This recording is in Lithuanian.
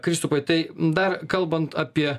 kristupai tai dar kalbant apie